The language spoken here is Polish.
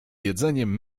jedzeniem